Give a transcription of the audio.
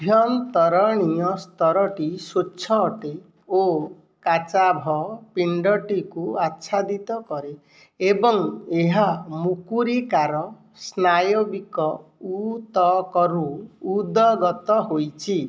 ଆଭ୍ୟନ୍ତରୀଣୟ ସ୍ତରଟି ସ୍ୱଚ୍ଛ ଅଟେ ଓ କାଚାଭ ପିଣ୍ଡଟିକୁ ଆଚ୍ଛାଦିତ କରେ ଏବଂ ଏହା ମୁକୁରିକାର ସ୍ନାୟବିକ ଉତ୍ତକରୁ ଉଦ୍ଗତ ହୋଇଛି